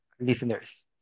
listeners